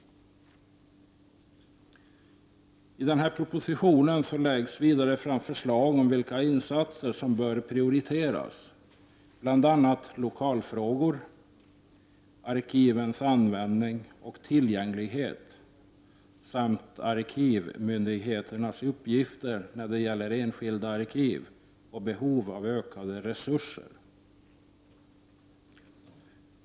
I propositionen läggs vidare fram förslag om vilka insatser som bör prioriteras, bl.a. lokalfrågor, arkivens användning och tillgänglighet samt arkivmyndigheternas uppgifter när det gäller enskilda arkiv och behov av ökade resurser.